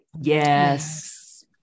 Yes